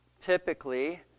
typically